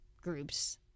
groups